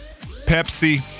Pepsi